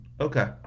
Okay